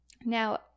Now